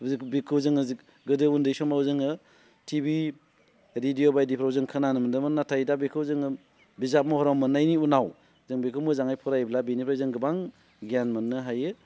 बेखौ जोङो गोदो उन्दै समाव जोङो टि भि रेडिय' बायदिफोरखौ जों खोनानो मोनदोंमोन नाथाय दा बेखौ जोङो बिजाब महराव मोननायनि उनाव जों बेखौ मोजाङै फरायोब्ला बेनिफ्राय जों गोबां गियान मोननो हायो